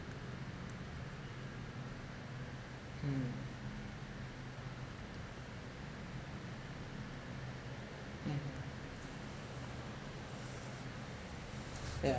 mm mm yeah